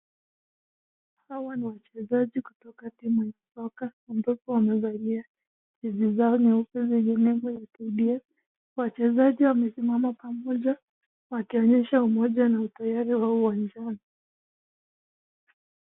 Hawa ni wachezaji kutoka timu ya soka ambapo wamevalia jezi zao nyeupe yenye nembo ya 'KDF'. Wachezaji wamesimama pamoja wakionyesha umoja na utayari wao uwanjani.